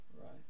Right